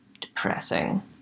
Depressing